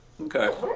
Okay